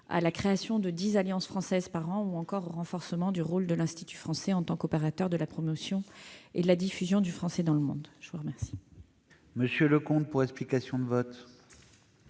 à la création de dix alliances françaises par an, ou encore au renforcement du rôle de l'institut français en tant qu'opérateur de la promotion et de la diffusion du français dans le monde. Le Gouvernement émet donc un avis défavorable.